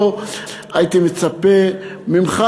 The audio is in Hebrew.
פה הייתי מצפה ממך,